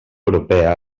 europea